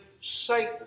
Satan